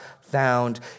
found